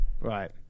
Right